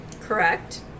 correct